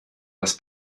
das